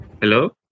Hello